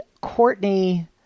Courtney